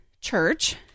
church